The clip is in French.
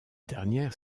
dernière